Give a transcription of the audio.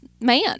man